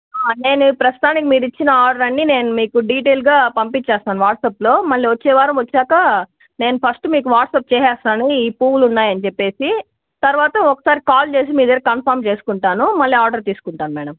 నేను ప్రస్తుతానికి మీరు ఇచ్చిన ఆర్డర్ అన్నీ మీకు డీటెయిల్గా పంపించేస్తాను వాట్సప్లో మళ్ళీ వచ్చేవారం వచ్చాక నేను ఫస్ట్ మీకు వాట్సాప్ చేసేస్తాను ఈ పువ్వులు ఉన్నాయని చెప్పేసి తరువాత ఒకసారి కాల్ చేసి మీ దగ్గర కన్ఫర్మ్ చేసుకుంటాను మళ్ళీ ఆర్డర్ తీసుకుంటాను మేడం